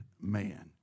man